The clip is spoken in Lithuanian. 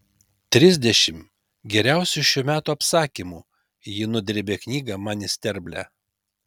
trisdešimt geriausių šių metų apsakymų ji nudrėbė knygą man į sterblę